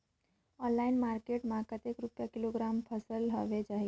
Online market मां कतेक रुपिया किलोग्राम फसल हवे जाही?